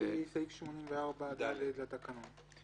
לפי סעיף 84(ד) לתקנון.